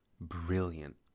brilliant